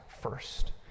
first